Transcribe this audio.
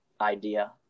idea